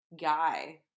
guy